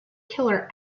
killer